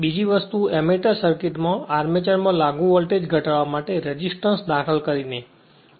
બીજી વસ્તુ એમેટર સર્કિટમાં આર્મચરમાં લાગુ વોલ્ટેજ ઘટાડવા માટે રેસિસ્ટન્સદાખલ કરીને છે